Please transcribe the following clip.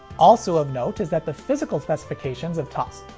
also of note is that the physical specifications of tos,